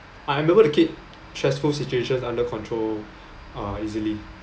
I'm able to keep stressful situations under control uh easily